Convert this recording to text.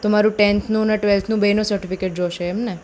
તો મારું ટેન્થનું ને ટવેલ્થનું બેયનું સર્ટિફિકેટ જોઈશે એમ ને